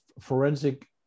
forensic